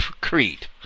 Crete